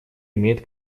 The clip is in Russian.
имеет